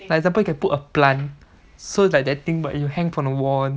like example you can put a plant so like that thing like you hang from the wall